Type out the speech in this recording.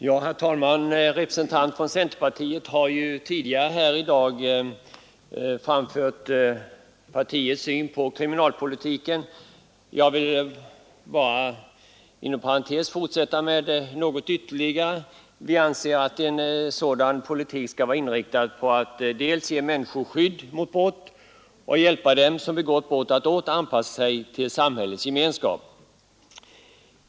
Herr talman! En representant för centerpartiet har tidigare i dag framfört partiets syn på kriminalpolitiken. Jag vill bara parentetiskt anföra några ytterligare synpunkter. Vi anser att kriminalpolitiken skall vara inriktad dels på att ge människor skydd mot brott, dels på att hjälpa dem som begått brott att återanpassa sig till samhällets gemenskap.